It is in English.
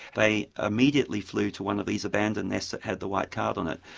they immediately flew to one of these abandoned nests that had the white card on it.